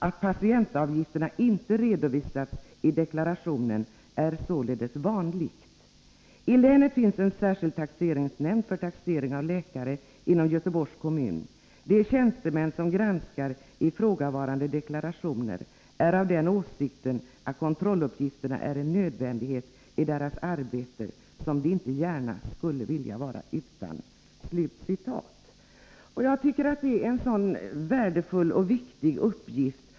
Att patientavgifterna inte redovisats i deklarationen är således vanligt. I länet finns en särskild taxeringsnämnd för taxering av läkare inom Göteborgs kommun. De tjänstemän som granskar ifrågavarande deklarationer är av den åsikten att kontrolluppgifterna är en nödvändighet i deras arbete, som de inte gärna skulle vilja vara utan.” Jag tycker att detta är en värdefull och viktig uppgift.